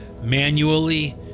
manually